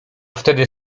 wtedy